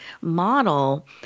model